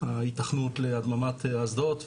ההיתכנות להדממת אסדות,